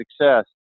success